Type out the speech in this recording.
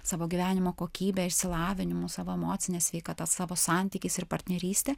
savo gyvenimo kokybe išsilavinimu savo emocine sveikata savo santykiais ir partnerystė